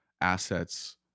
assets